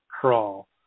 crawl